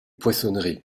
poissonnerie